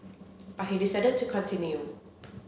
but he decided to continue